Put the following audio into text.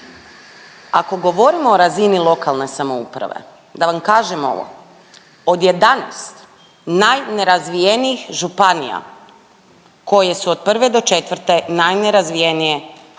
ako govorimo o razini lokalne samouprave, da vam kažem ovo, od 11 najnerazvijenijih županija koje su od 1. do 4. najnerazvijenije